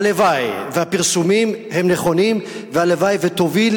הלוואי שהפרסומים הם נכונים והלוואי שתוביל,